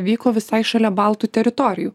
vyko visai šalia baltų teritorijų